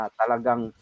talagang